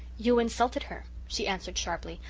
you insulted her, she answered sharply.